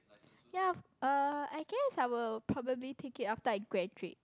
ya uh I guess I will probably take it after I graduate